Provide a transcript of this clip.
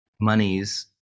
monies